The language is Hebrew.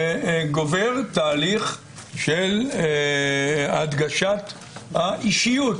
גובר תהליך של הדגשת האישיות